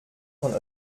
von